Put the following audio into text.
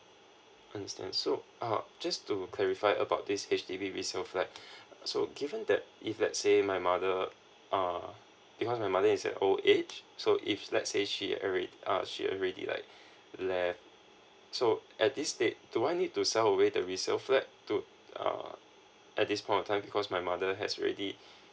understand so uh just to clarify about this H_D_B resale flat so given that if let's say my mother uh because my mother is at old age so if let's say she alre~ err she already like left so at this state do I need to sell away the resale flat to uh at this point of time cause my mother has already